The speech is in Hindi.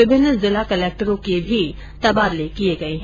विभिन्न जिला कलेक्टरों के भी तबादले किये गये है